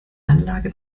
anlage